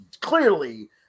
clearly